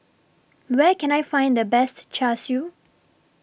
Where Can I Find The Best Char Siu